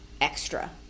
extra